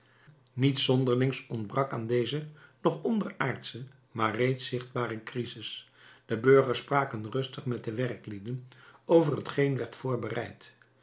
niets zonderlings ontbrak aan deze nog onderaardsche maar reeds zichtbare crisis de burgers spraken rustig met de werklieden over hetgeen werd voorbereid